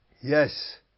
yes